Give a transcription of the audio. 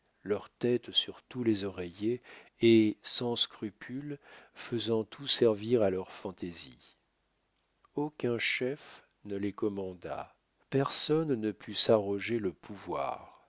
leurs têtes sur tous les oreillers et sans scrupules faisant tout servir à leur fantaisie aucun chef ne les commanda personne ne put s'arroger le pouvoir